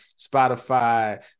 Spotify